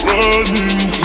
running